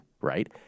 right